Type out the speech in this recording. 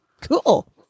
Cool